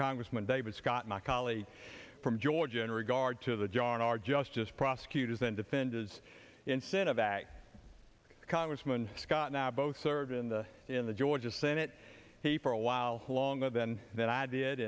congressman david scott my colleague from georgia in regard to the john are just just prosecutors and defenders instead of act congressman scott now both served in the in the georgia senate he for a while longer than that i did